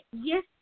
Yes